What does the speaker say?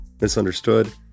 misunderstood